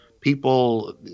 people